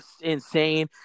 insane